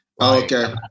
okay